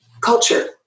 Culture